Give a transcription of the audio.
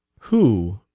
who,